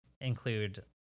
include